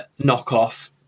knockoff